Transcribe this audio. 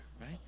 right